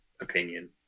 opinion